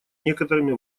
некоторыми